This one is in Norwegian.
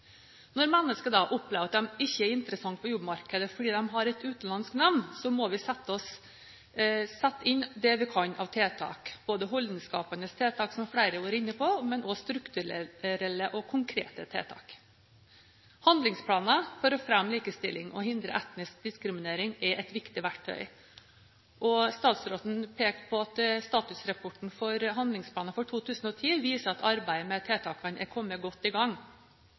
Når mennesker opplever at de ikke er interessante på jobbmarkedet fordi de har et utenlandsk navn, må vi sette inn det vi kan av tiltak, både holdningsskapende tiltak – som flere har vært inne på – og også strukturelle og konkrete tiltak. Handlingsplaner for å fremme likestilling og hindre etnisk diskriminering er et viktig verktøy. Statsråden pekte på at statusrapporten for handlingsplanen for 2010 viser at arbeidet med tiltakene er kommet godt i gang.